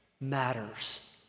matters